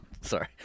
Sorry